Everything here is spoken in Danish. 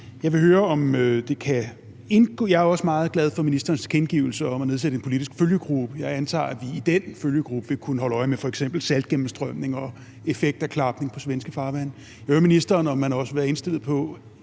med fra radikal side. Jeg er også meget glad for ministerens tilkendegivelse af at ville nedsætte en politisk følgegruppe. Jeg antager, at vi i den følgegruppe vil kunne holde øje med f.eks. saltgennemstrømningen og effekten af klapning i svenske farvande. Jeg vil høre ministeren, om han også vil være indstillet på,